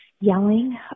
yelling